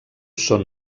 són